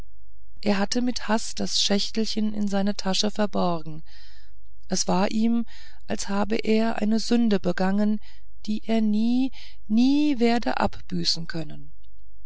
er hatte mit hast das schächtelchen in seine tasche verborgen es war ihm als habe er eine sünde begangen die er nie nie werde abbüßen können